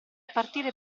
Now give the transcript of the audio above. partire